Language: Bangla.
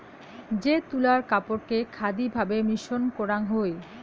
যে তুলার কাপড়কে খাদি ভাবে মসৃণ করাং হই